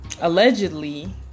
allegedly